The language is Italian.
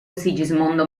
sigismondo